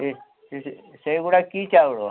ସେ ସେଗୁଡ଼ା କି ଚାଉଳ